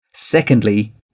Secondly